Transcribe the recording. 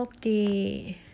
Good